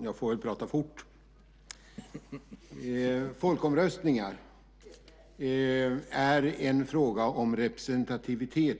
Herr talman! Folkomröstningar är i stor utsträckning en fråga om representativitet.